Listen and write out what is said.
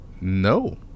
No